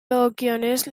dagokionez